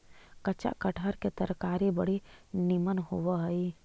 कच्चा कटहर के तरकारी बड़ी निमन होब हई